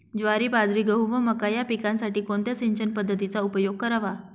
ज्वारी, बाजरी, गहू व मका या पिकांसाठी कोणत्या सिंचन पद्धतीचा उपयोग करावा?